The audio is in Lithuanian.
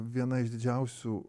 viena iš didžiausių